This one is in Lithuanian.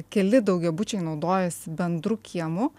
keli daugiabučiai naudojasi bendru kiemu